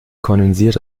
kondensiert